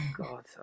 God